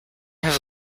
have